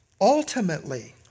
ultimately